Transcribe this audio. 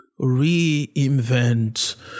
reinvent